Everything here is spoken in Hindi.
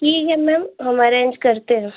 ठीक है मैम हम अरेंज करते हैं